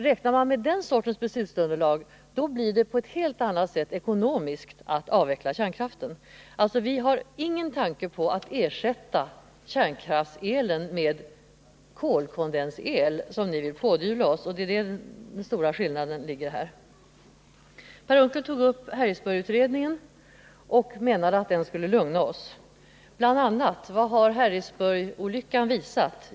Räknar man med den sortens beslutsunderlag blir det ekonomiskt på ett helt annat sätt att avveckla kärnkraften. Vi har ingen tanke på att ersätta kärnkraftselen med kolkondens-el som ni på ja-sidan vill pådyvla oss. Där ligger den stora skillnaden. Per Unckel tog upp Harrisburgutredningen och menade att den skulle lugna oss. Vad har Harrisburgolyckan bl.a. visat?